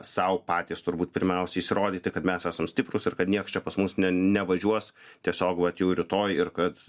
sau patys turbūt pirmiausiai įsirodyti kad mes esam stiprūs ir kad nieks čia pas mus nevažiuos tiesiog vat jau rytoj ir kad